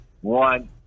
one